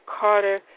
Carter